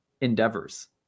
endeavors